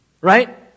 Right